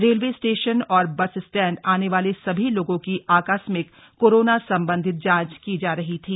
railway station और bus stand आने वाले सभी लोगों की आकस्मिक कोरोना संबंधित जांच की जा रही थी